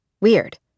Weird